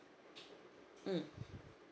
mm